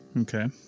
Okay